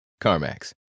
CarMax